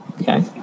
Okay